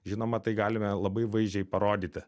žinoma tai galime labai vaizdžiai parodyti